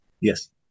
Yes